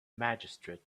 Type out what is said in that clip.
magistrate